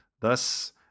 Thus